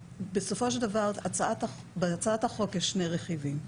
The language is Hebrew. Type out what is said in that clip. בסופו של דבר בהצעת החוק יש שני רכיבים.